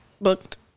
booked